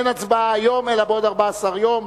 אין הצבעה היום, אלא בעוד 14 יום.